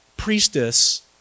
priestess